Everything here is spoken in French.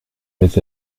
mes